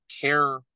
care